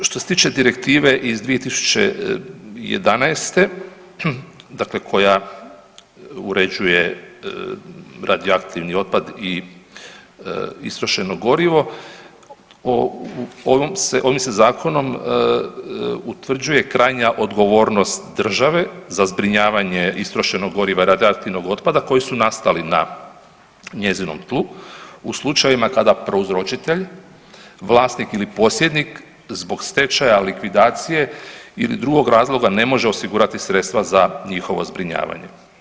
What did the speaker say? Što se tiče direktive iz 2011., dakle koja uređuje radioaktivni otpad i istrošeno gorivo, ovim se Zakonom utvrđuje krajnja odgovornost države za zbrinjavanje istrošenog goriva radioaktivnog otpada koji su nastali na njezinom tlu u slučajevima kada prouzročitelj, vlasnik ili posjednik zbog stečaja, likvidacije ili drugog razloga ne može osigurati sredstva za njihovo zbrinjavanje.